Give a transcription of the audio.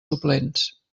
suplents